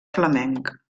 flamenc